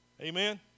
amen